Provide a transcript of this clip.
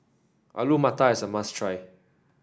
Alu Matar is a must try